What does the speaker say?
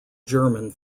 german